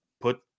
put